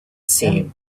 seen